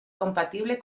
compatible